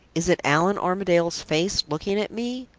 is it allan armadale's face looking at me?